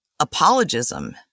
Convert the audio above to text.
apologism